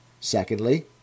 Secondly